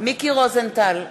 מיקי רוזנטל,